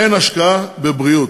אין השקעה בבריאות.